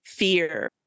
Fear